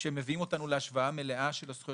שמביאים אותנו להשוואה מלאה של הזכויות